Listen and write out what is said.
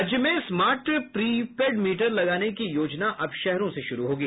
राज्य में smart prepaid meter लगाने की योजना अब शहरों से शुरू होगी